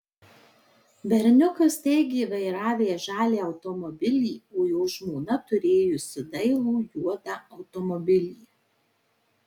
berniukas teigė vairavęs žalią automobilį o jo žmona turėjusi dailų juodą automobilį